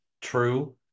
true